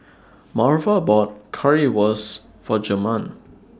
Marva bought Currywurst For Jermain